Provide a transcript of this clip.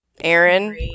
Aaron